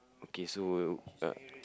okay so uh